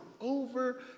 over